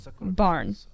barn